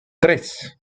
tres